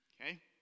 Okay